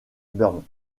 burns